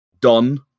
done